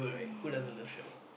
yes